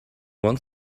want